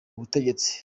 butegetsi